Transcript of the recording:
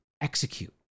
execute